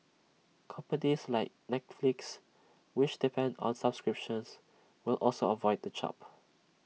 companies like Netflix which depend on subscriptions will also avoid the chop